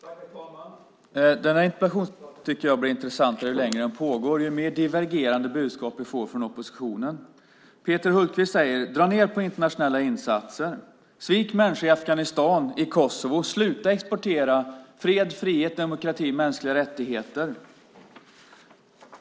Herr talman! Denna interpellationsdebatt blir intressantare ju längre den pågår och ju mer divergerande budskap vi får från oppositionen. Peter Hultqvist säger: Dra ned på internationella insatser! Svik människor i Afghanistan och Kosovo! Sluta exportera fred, frihet, demokrati och mänskliga rättigheter!